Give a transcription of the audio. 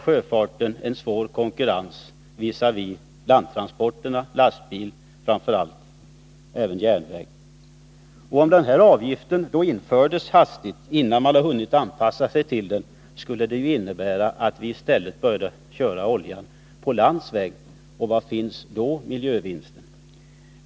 Sjöfarten har redan svår konkurrens från landtransporterna — framför allt från lastbilstransporter men även från järnvägstransporter. Om denna avgift införs innan man har hunnit anpassa sig till den, skulle det innebära att oljan i stället började fraktas landvägen. Var finns då miljövinsten?